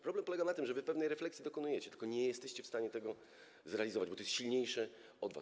Problem polega na tym, że wy pewnej refleksji dokonujecie, tylko nie jesteście w stanie zrealizować, bo to jest silniejsze od was.